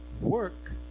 work